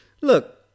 Look